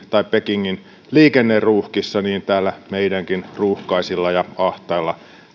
tai pekingin liikenneruuhkissa täällä meidänkin ruuhkaisilla ja ahtailla